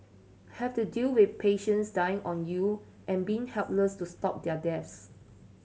have to deal with patients dying on you and being helpless to stop their deaths